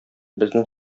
безнең